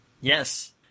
Yes